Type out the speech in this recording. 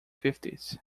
fifties